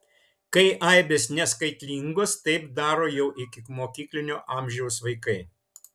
kai aibės neskaitlingos taip daro jau ikimokyklinio amžiaus vaikai